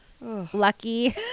lucky